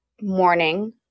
morning